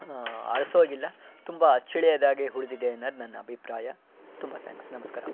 ಅಳಿಸೋಗಿಲ್ಲ ತುಂಬ ಅಚ್ಚಳಿಯೋದಾಗಿ ಉಳಿದಿದೆ ಅನ್ನೋದು ನನ್ನ ಅಭಿಪ್ರಾಯ ತುಂಬ ಥ್ಯಾಂಕ್ಸ್ ನಮಸ್ಕಾರ